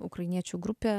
ukrainiečių grupė